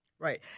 Right